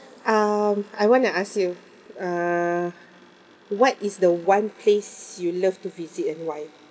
um I want to ask you uh what is the one place you love to visit and why